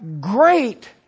great